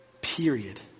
period